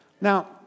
Now